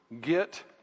get